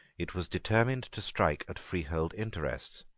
it was determined to strike at freehold interests,